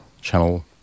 channel